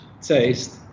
taste